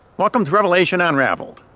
welcome to revelation unraveled,